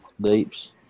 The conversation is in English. Deeps